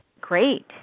Great